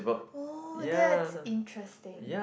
oh that's interesting